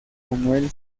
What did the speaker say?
manuel